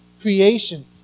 creation